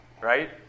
Right